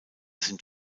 sind